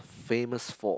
famous for